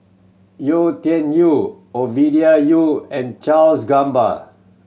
Yau Tian Yau Ovidia Yau and Charles Gamba